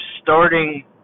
starting